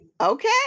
Okay